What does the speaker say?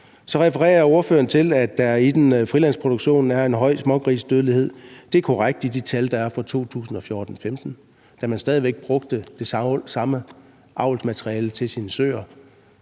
Så refererer ordføreren til, at der i en frilandsproduktion er en høj smågrisedødelighed. Det er korrekt, at det er de tal, der er for 2014-2015, da man stadig væk brugte det samme avlsmateriale til sine søer.